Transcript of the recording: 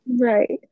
Right